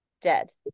dead